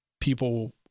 people